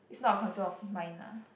is not a concern of mine lah